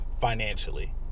Financially